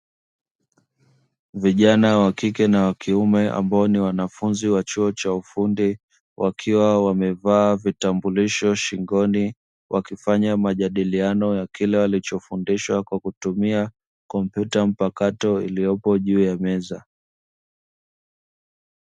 Vijana wa kike na wa kiume ambao ni wanafunzi wa chuo cha ufundi, wakiwa wamevaa vitambulisho shingoni, wakifanya majadiliano ya kile walichofundishwa kwa kutumia kompyuta mpakato iliyopo juu ya meza.